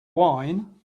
wine